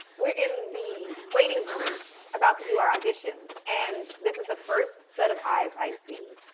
we're in the waiting room about to do our auditions and this is the first set of eyes i see.